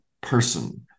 person